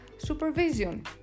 supervision